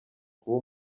kuba